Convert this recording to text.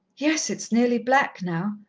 yes, it's nearly black now.